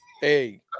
Hey